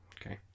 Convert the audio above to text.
okay